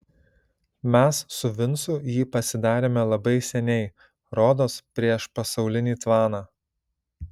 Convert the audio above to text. mes su vincu jį pasidarėme labai seniai rodos prieš pasaulinį tvaną